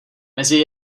mezi